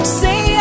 say